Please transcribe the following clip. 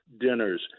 dinners